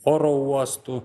oro uostų